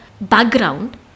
background